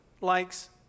likes